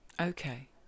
okay